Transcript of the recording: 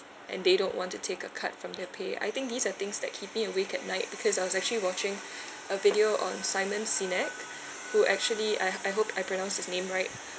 and they don't want to take a cut from their pay I think these are things that keep me awake at night because I was actually watching a video on simon senik who actually I I hope I pronounce his name right